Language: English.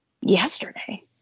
Yesterday